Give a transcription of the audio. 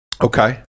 Okay